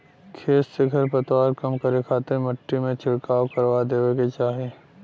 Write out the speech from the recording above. खेत से खरपतवार कम करे खातिर मट्टी में छिड़काव करवा देवे के चाही